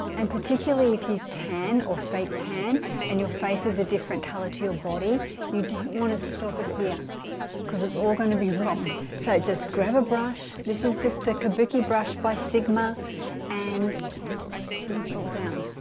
and particularly if you tan or fake tan and your face is a different color to your body you don't want to stop it here because it's all going to be wrong so just grab a brush this is just a kabuki brush by sigma and bring it all down